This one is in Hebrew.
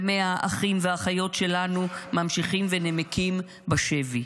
ו-100 אחים ואחיות שלנו ממשיכים ונמקים בשבי.